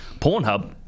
Pornhub